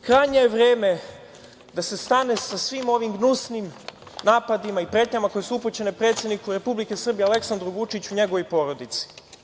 Krajnje je vreme da se stane sa svim ovim gnusnim napadima i pretnjama koje su upućene predsedniku Republike Srbije, Aleksandru Vučiću i njegovoj porodici.